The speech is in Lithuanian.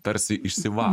tarsi išsiva